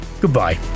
goodbye